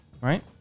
Right